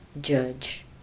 judge